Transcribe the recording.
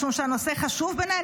משום שהנושא חשוב בעיניי,